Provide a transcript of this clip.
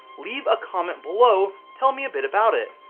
leave a comment below telling me a bit about it.